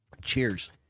Cheers